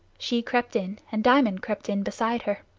she crept in, and diamond crept in beside her.